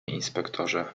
inspektorze